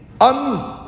un